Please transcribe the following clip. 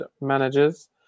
managers